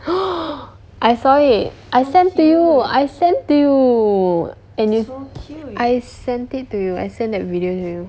I saw it I sent to you I sent to you and it's I sent it to you I sent that video to you